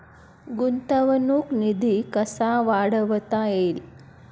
गुंतवणूक निधी कसा वाढवता येईल?